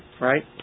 right